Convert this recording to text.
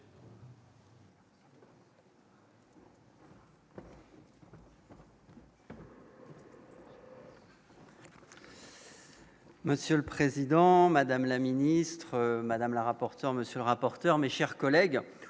Monsieur le Président, Madame la ministre Madame la rapporteur monsieur rapporteur, mes chers collègues,